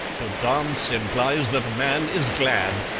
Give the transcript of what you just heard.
to dance implies that man is glad,